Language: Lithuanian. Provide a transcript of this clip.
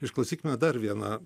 išklausykime dar vieną